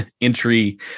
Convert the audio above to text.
entry